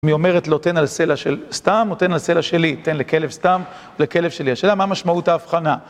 אם היא אומרת לו, תן על סלע של סתם, או תן על סלע שלי, תן לכלב סתם, או לכלב שלי, השאלה מה משמעות ההבחנה?